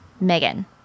Megan